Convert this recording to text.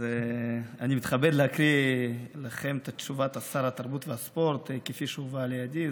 אני מתכבד להקריא לכם את תשובת שר התרבות והספורט כפי שהובאה לידי.